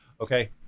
Okay